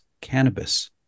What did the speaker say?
cannabis